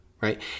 right